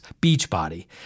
Beachbody